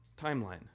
timeline